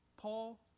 Paul